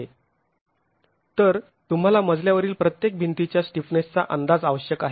तर तुम्हाला मजल्यावरील प्रत्येक भिंतीच्या स्टिफनेसचा अंदाज आवश्यक आहे